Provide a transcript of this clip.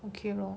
okay lor